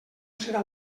serà